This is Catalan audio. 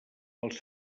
els